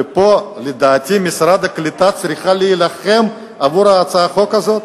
ולדעתי משרד הקליטה צריך להילחם עבור הצעת החוק הזאת,